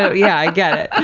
so yeah, i get it.